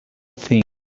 thing